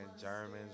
Germans